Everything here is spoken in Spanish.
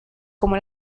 como